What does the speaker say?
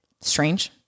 strange